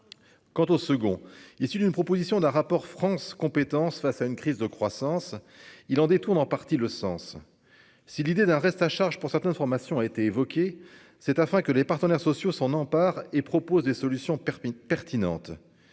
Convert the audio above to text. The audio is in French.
quant au second il et une proposition d'un rapport France compétences face à une crise de croissance, il en détourne en partie le sens si l'idée d'un reste à charge pour certaines formations a été évoqué cette afin que les partenaires sociaux s'en emparent et propose des solutions permis